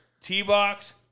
T-Box